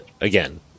Again